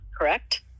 correct